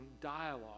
dialogue